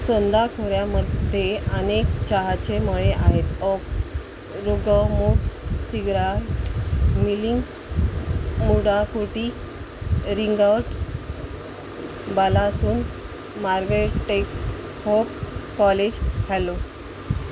सोनदा खोऱ्यामध्ये अनेक चहाचे मळे आहेत ऑक्स रुगमूक सिग्राट मिलिंग मुडाकुटी रिंगावट बालासुन मार्गेटेक्स होप कॉलेज हॅलो